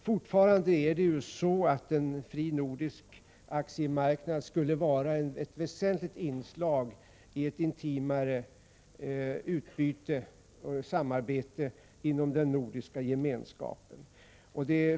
Fortfarande är det ju så att en fri nordisk aktiekapitalmarknad skulle vara ett väsentligt inslag i ett intimare samarbete inom den nordiska gemenskapen.